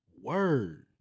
Word